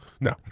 No